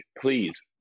Please